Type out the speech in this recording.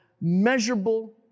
measurable